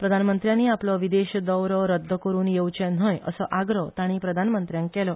प्रधानमंत्र्यानी आपलो विदेश दौरो रद्द करुन येवचे न्हय असो आग्रो ताणी प्रधानमंत्र्याक केलो